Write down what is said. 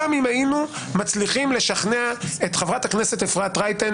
גם אם היינו מצליחים לשכנע את חברת הכנסת אפרת רייטן,